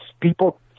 people